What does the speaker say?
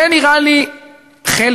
זה נראה לי חלם.